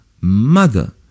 mother